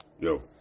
Yo